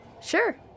Sure